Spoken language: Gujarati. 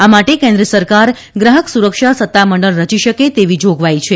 આ માટે કેન્દ્ર સરકાર ગ્રાહકસરક્ષા સત્તામંડળ રચી શકે તેવી જાગવાઇ છે